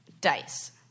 Dice